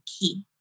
key